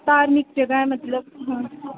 धार्मिक जगह मतलब हां